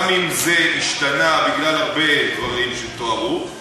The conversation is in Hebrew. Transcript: גם אם זה השתנה בגלל הרבה דברים שתוארו,